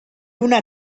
una